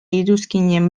iruzkinekin